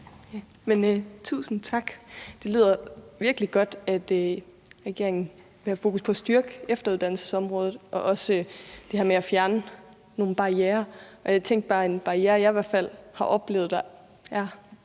Tusind tak. Det lyder virkelig godt, at regeringen vil have fokus på at styrke efteruddannelsesområdet og også det her med at fjerne nogle barrierer. Jeg tænkte bare, at en barriere, jeg i hvert fald har oplevet, der er